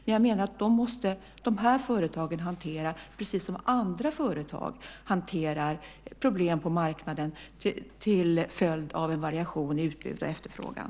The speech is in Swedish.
Men jag menar att dessa måste de här företagen hantera, precis som andra företag hanterar problem på marknaden till följd av en variation i utbud och efterfrågan.